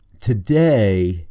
Today